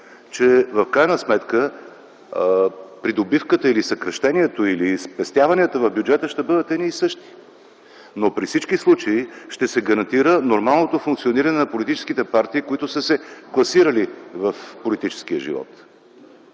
че в крайна сметка придобивката или съкращението, или спестяванията в бюджета ще бъдат едни и същи. Но при всички случаи ще се гарантира нормалното функциониране на политическите партии, които са се класирали в политическия живот.